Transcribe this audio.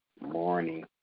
morning